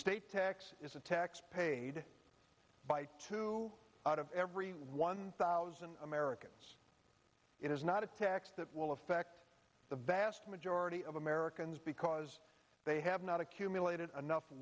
estate tax is a tax paid by two out of every one thousand americans it is not a tax that will affect the vast majority of americans because they have not accumulated enough